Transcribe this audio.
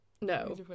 no